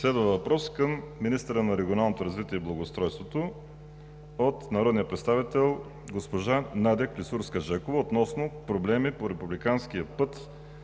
Следва въпрос към министъра на регионалното развитие и благоустройството Петя Аврамова от народния представител госпожа Надя Клисурска относно проблеми по републиканския път